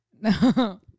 No